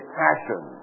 passion